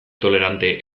tolerante